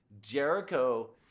Jericho